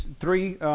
three